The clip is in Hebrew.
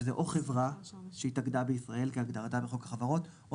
שזה או חברה שהתאגדה בישראל כהגדרתה בחוק החברות או